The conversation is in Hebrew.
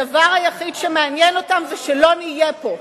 הדבר היחיד שמעניין אותם זה שלא נהיה פה.